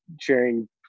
sharing